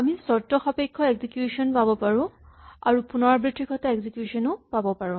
আমি চৰ্তসাপেক্ষ এক্সিকিউচন পাব পাৰো আৰু পুণৰাবৃত্তি ঘটা এক্সিকিউচন ও পাব পাৰো